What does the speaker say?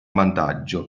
vantaggio